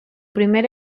primer